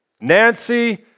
Nancy